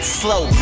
slow